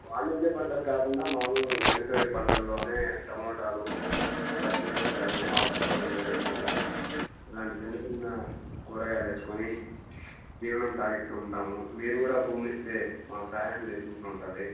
వాణిజ్య పంటలు కాకుండా మాములు దినసరి పంటల్లోనే టమోటాలు పచ్చిమిరకాయాలు ఆకుకూరలు ఎర్రగడ్డలు ఇలాంటి చిన్న చిన్న కూరగాయలు వేసుకొని జీవనం సాగిస్తూ ఉంటాము మీరు కూడా భూమిస్తే మాకు సహాయం చేసినట్లు ఉంటుంది